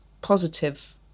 positive